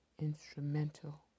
instrumental